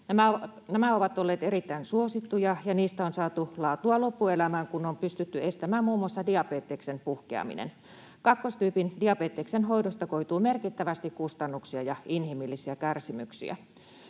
Nämä ovat olleet erittäin suosittuja, ja niistä on saatu laatua loppuelämään, kun on pystytty estämään muun muassa diabeteksen puhkeaminen. Kakkostyypin diabeteksen hoidosta koituu merkittävästi kustannuksia ja inhimillisiä kärsimyksiä.